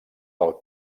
del